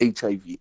hiv